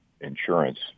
insurance